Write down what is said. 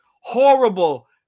horrible